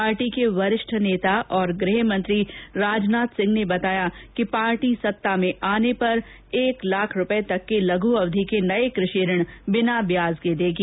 party के वरिष्ठ नेता और गृहमंत्री राजनाथ सिंह ने बताया कि पार्टी सत्ता में आने पर एक लाख रूपये तक के लघु अवधि के नये कृषि ऋण बिना ब्याज पर देगी